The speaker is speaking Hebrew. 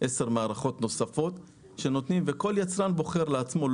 עשר מערכות נוספות, וכל יצרן בוחר לעצמו.